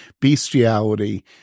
bestiality